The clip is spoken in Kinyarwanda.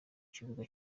kibuga